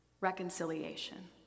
Reconciliation